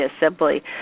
assembly